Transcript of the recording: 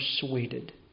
persuaded